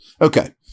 okay